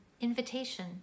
invitation